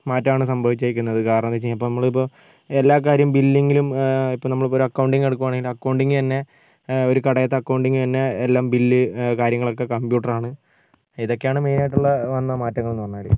മാറ്റമാണ് സംഭവിച്ചിരിക്കുന്നത് കാരണം എന്താണ് വെച്ച് കഴിഞ്ഞാൽ ഇപ്പം നമ്മളിപ്പം എല്ലാ കാര്യവും ബില്ലിങ്ങിലും ഇപ്പോൾ നമ്മളിപ്പം ഒരു അക്കൗണ്ടിങ്ങ് എടുക്കുവാണെങ്കിൽ അക്കൗണ്ടിങ്ങ് തന്നെ ഒരു കടയിലത്തെ അക്കൗണ്ടിങ്ങ് തന്നെ എല്ലാം ബിൽ കാര്യങ്ങളൊക്കെ കമ്പ്യൂട്ടർ ആണ് ഇതൊക്കെയാണ് മെയിൻ ആയിട്ടുള്ള വന്ന മാറ്റങ്ങൾ എന്ന് പറഞ്ഞാൽ